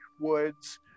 Woods